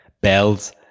bells